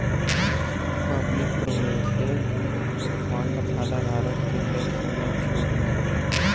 public provident fund खाताधारक के tax में छूट मिलला